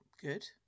Good